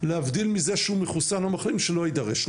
להבדיל מזה שהוא מחוסן או מחלים שלא יידרש,